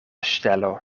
ŝtelo